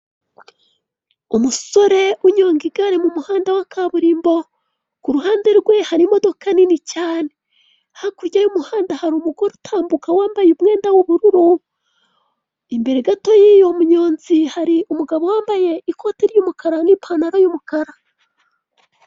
Umusore unyonga igare mu muhanda wa kaburimbo, ku ruhande rwe hari imodoka nini cyane, hakurya y'umuhanda hari umugore utambuka wambaye umwenda w'ubururu. Imbere gato yuyu munyonzi hari umugabo wambaye ikote ry'umukara n'ipantaro y'umukara.